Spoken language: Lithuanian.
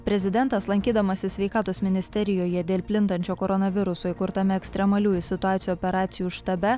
prezidentas lankydamasis sveikatos ministerijoje dėl plintančio koronaviruso įkurtame ekstremaliųjų situacijų operacijų štabe